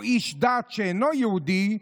או איש דת שאינו יהודי,